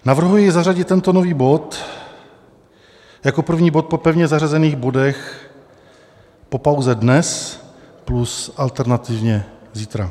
Navrhuji zařadit tento nový bod jako první bod po pevně zařazených bodech po pauze dnes plus alternativně zítra.